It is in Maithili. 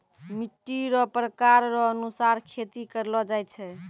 मिट्टी रो प्रकार रो अनुसार खेती करलो जाय छै